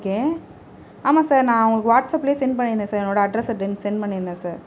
okay ஆமாம் sir நான் உங்களுக்கு வாட்சப்பிலே சென்ட் பண்ணியிருந்தேன் சார் என்னோட அட்ரெஸ்சை சென்ட் பண்ணியிருந்தேன் சார்